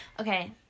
Okay